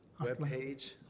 webpage